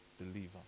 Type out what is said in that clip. believer